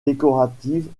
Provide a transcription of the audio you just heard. décoratives